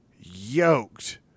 yoked